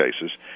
cases